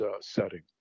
setting